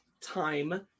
time